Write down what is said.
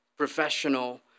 professional